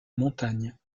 montagne